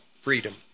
freedom